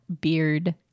beard